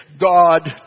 God